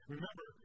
Remember